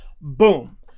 boom